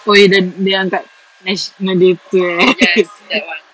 oh ya the the yang kat national day tu eh